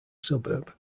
suburb